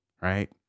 right